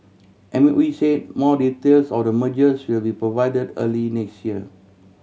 M O E said more details on the mergers will be provided early next year